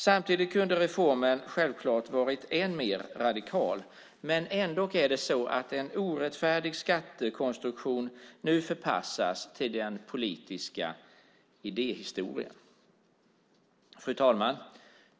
Samtidigt kunde reformen självklart ha varit ännu radikalare. Men nu förpassas en orättfärdig skattekonstruktion till den politiska idéhistorien. Fru talman!